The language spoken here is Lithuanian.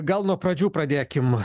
gal nuo pradžių pradėkim